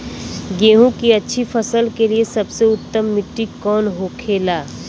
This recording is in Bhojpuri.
गेहूँ की अच्छी फसल के लिए सबसे उत्तम मिट्टी कौन होखे ला?